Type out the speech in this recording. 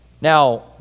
Now